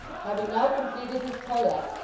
having now completed his toilet,